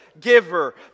giver